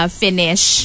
finish